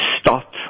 stop